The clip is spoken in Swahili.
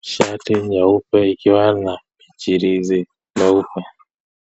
shati nyeupe ikiwa na michirizi ya nyeupe .